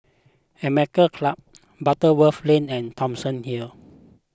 American Club Butterworth Lane and Thomson Hill